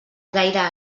gaire